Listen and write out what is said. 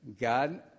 God